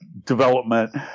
Development